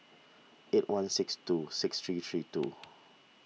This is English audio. eight one six two six three three two